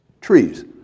trees